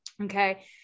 okay